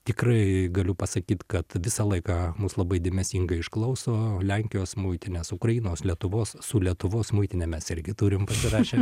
tikrai galiu pasakyt kad visą laiką mus labai dėmesingai išklauso lenkijos muitinės ukrainos lietuvos su lietuvos muitine mes irgi turim pasirašę